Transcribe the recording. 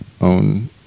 own